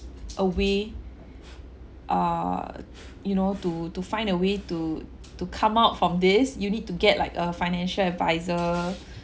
a way err you know to to find a way to to come out from this you need to get like a financial advisor